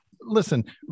Listen